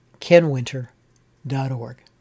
kenwinter.org